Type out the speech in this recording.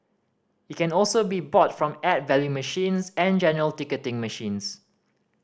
it can also be bought from add value machines and general ticketing machines